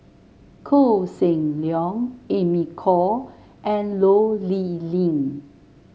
Koh Seng Leong Amy Khor and Toh Liying